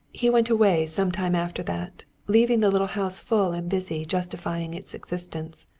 he went away some time after that, leaving the little house full and busy justifying its existence.